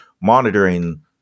monitoring